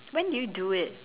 when did you do it